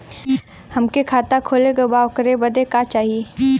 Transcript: हमके खाता खोले के बा ओकरे बादे का चाही?